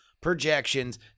projections